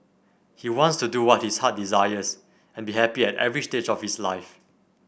he wants to do what his heart desires and be happy at every stage of his life